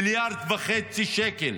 מיליארד וחצי שקל,